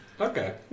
Okay